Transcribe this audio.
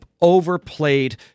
overplayed